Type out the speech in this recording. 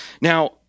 Now